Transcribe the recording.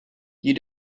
you